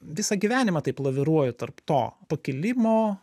visą gyvenimą taip laviruoju tarp to pakilimo